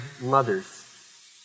mothers